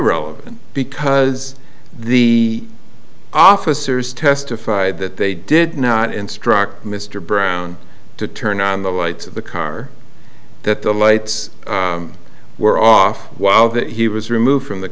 relevant because the officers testified that they did not instruct mr brown to turn on the lights of the car that the lights were off while that he was removed from the